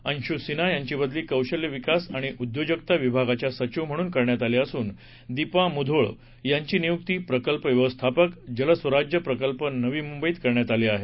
अंशु सिन्हा यांची बदली कौशल्य विकास आणि उद्योजकता विभागाच्या सधिव म्हणून करण्यात आली असून दिपा मुधोळ यांची नियुक्ती प्रकल्प व्यवस्थापक जलस्वराज्य प्रकल्प नवी मुंबईत करण्यात आली आहे